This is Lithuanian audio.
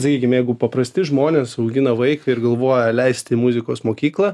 sakykim jeigu paprasti žmonės augina vaiką ir galvoja leisti į muzikos mokyklą